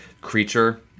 creature